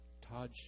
Todd